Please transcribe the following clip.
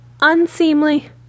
unseemly